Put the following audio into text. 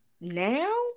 now